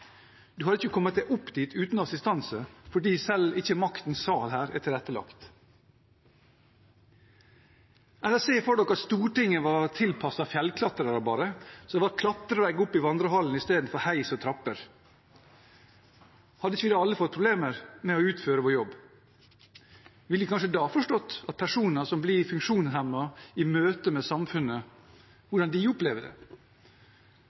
Du hadde ikke kommet deg opp dit uten assistanse, for selv ikke maktens sal er tilrettelagt. Se for dere at Stortinget bare var tilpasset fjellklatrere, slik at det var klatrevegg opp i Vandrehallen istedenfor heis og trapper. Hadde ikke vi alle da fått problemer med å utføre vår jobb? Ville vi kanskje da forstått hvordan personer som blir funksjonshemmet, opplever møtet med samfunnet? Er det